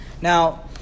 Now